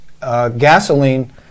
gasoline